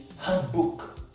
handbook